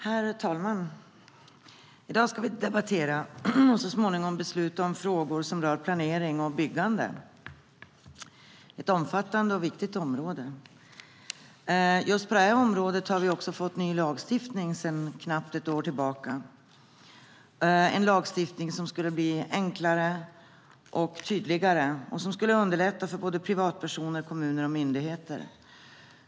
Herr talman! I dag ska vi debattera och så småningom besluta om frågor som gäller planering och byggande. Det är ett omfattande och viktigt område. På detta område har vi en ny lagstiftning sedan knappt ett år. Det är en lagstiftning som skulle vara enklare och tydligare och som skulle underlätta för privatpersoner, kommuner och myndigheter.